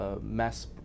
mass